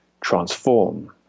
transform